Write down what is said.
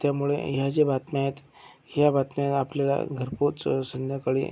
त्यामुळे ह्या ज्या बातम्या आहेत ह्या बातम्या आपल्याला घरपोच संध्याकाळी